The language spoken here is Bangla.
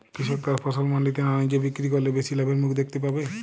কৃষক তার ফসল মান্ডিতে না নিজে বিক্রি করলে বেশি লাভের মুখ দেখতে পাবে?